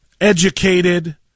educated